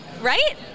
right